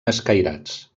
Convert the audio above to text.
escairats